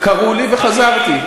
קראו לי, וחזרתי.